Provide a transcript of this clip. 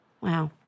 Wow